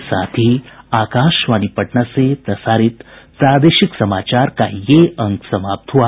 इसके साथ ही आकाशवाणी पटना से प्रसारित प्रादेशिक समाचार का ये अंक समाप्त हुआ